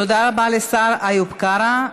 תודה רבה לשר איוב קרא.